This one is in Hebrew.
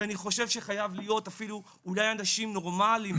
ואני חושב שחייב להיות אפילו אולי אנשים נורמליים,